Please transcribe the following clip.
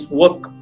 work